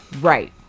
Right